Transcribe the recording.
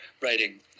writing